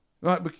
Right